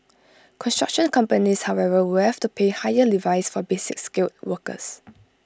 construction companies however will have to pay higher levies for basic skilled workers